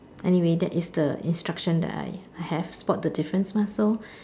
anyway that is the instruction that I have have spot the difference mah so